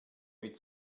mit